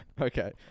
Okay